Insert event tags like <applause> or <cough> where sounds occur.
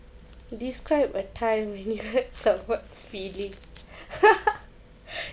describe a time when you hurt someone's feeling <laughs>